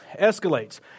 escalates